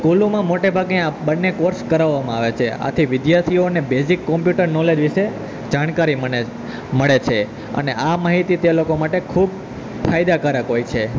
સ્કૂલોમાં મોટે ભાગે આ બંને કોર્સ કરાવામાં આવે છે આથી વિદ્યાર્થીઓને બેઝિક કમ્પ્યુટર નોલેજ વિશે જાણકારી મળે છે અને આ માહિતી તે લોકો માટે ખૂબ ફાયદાકારક હોય છે